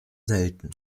selten